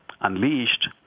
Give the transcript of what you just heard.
unleashed